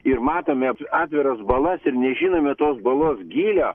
ir matome atviras balas ir nežinome tos balos gylio